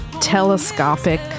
telescopic